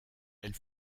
elle